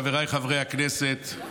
חבריי חברי הכנסת,